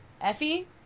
Effie